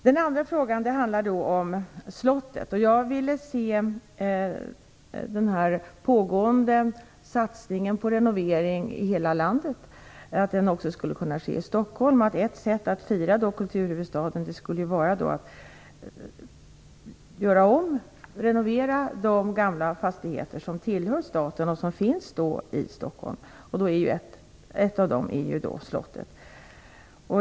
Den andra frågan handlar om Slottet. Jag vill att den satsning på renovering som pågår i hela landet också skall ske i Stockholm. Ett sätt att fira kulturhuvudstaden skulle vara att renovera de gamla fastigheter som tillhör staten och som finns i Stockholm. En av dem är Slottet.